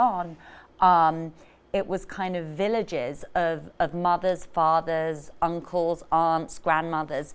on it was kind of villages of of mothers fathers uncles aunts grandmothers